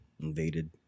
invaded